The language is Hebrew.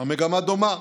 המגמה דומה.